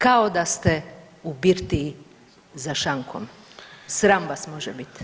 Kao da ste u birtiji za šankom, sram vas može biti